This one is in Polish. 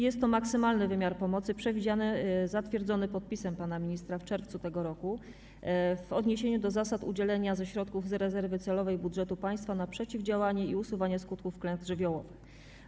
Jest to maksymalny wymiar pomocy zatwierdzony podpisem pana ministra w czerwcu tego roku w odniesieniu do zasad udzielania pomocy ze środków rezerwy celowej budżetu państwa na przeciwdziałanie i usuwanie skutków klęsk żywiołowych.